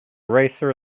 racer